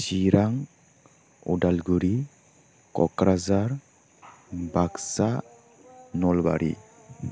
Chirang Udalguri Kokrajhar Baksa Nalbari